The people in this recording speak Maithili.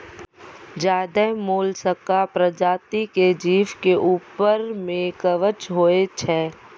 ज्यादे मोलसका परजाती के जीव के ऊपर में कवच होय छै